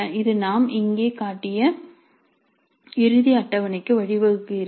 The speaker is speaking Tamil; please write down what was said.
இது நாம் இங்கே காட்டிய இறுதி அட்டவணைக்கு வழிவகுக்கிறது